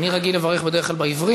מבקש לצרף את הצבעתו בעד,